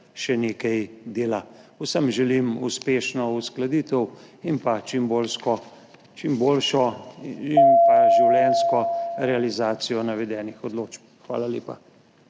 še nekaj dela. Vsem želim uspešno uskladitev in čim boljšo ter življenjsko realizacijo navedenih odločb! Hvala lepa.